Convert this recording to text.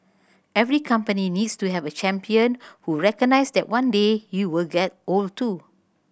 every company needs to have a champion who recognises that one day he will get old too